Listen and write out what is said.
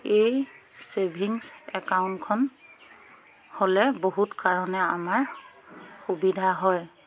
এই ছেভিংছ একাউণ্টখন হ'লে বহুত কাৰণে আমাৰ সুবিধা হয়